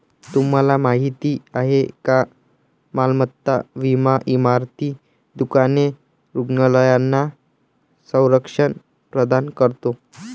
तुम्हाला माहिती आहे का मालमत्ता विमा इमारती, दुकाने, रुग्णालयांना संरक्षण प्रदान करतो